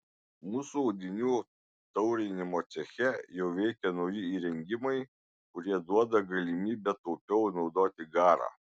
mūsų audinių taurinimo ceche jau veikia nauji įrengimai kurie duoda galimybę taupiau naudoti garą